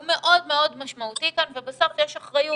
הוא מאוד מאוד משמעותי כאן ובסוף יש אחריות,